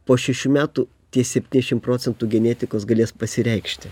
po šešių metų tie septyniasdešim procentų genetikos galės pasireikšti